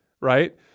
right